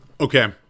Okay